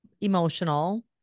emotional